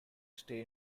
stay